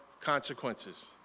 consequences